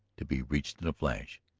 to be reached in a flash.